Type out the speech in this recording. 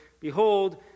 Behold